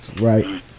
Right